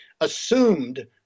assumed